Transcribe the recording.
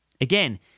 Again